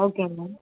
okay ma'am